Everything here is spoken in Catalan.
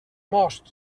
most